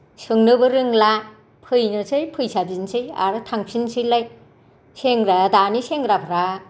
सोंनोबो रोंला फैनोसै फैसा बिनोसै आरो थांफिननोसैलाय सेंग्रा दानि सेंग्राफ्रा